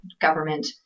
government